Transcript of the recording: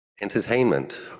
entertainment